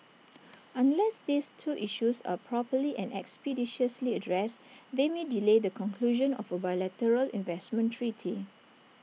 unless these two issues are properly and expeditiously addressed they may delay the conclusion of A bilateral investment treaty